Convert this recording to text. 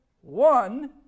one